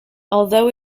although